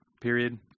period